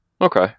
Okay